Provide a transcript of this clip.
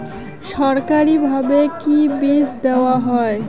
সরকারিভাবে কি বীজ দেওয়া হয়?